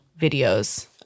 videos